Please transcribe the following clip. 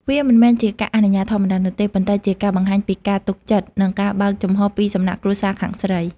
វាមិនមែនជាការអនុញ្ញាតធម្មតានោះទេ ប៉ុន្តែជាការបង្ហាញពីការទុកចិត្ត និងការបើកចំហរពីសំណាក់គ្រួសារខាងស្រី។